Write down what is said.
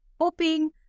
hoping